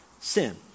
Sin